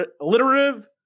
alliterative